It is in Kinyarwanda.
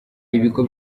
ibigo